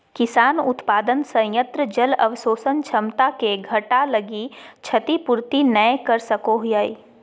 किसान उत्पादन संयंत्र जल अवशोषण क्षमता के घटा लगी क्षतिपूर्ति नैय कर सको हइ